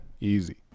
easy